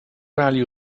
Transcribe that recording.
value